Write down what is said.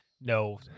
no